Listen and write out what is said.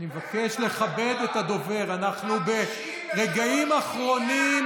זה מה שהובטח לנו.